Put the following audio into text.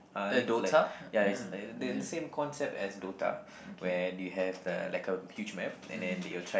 uh League ya isn't the the same concept as Dota where you have the like a huge map and then they will try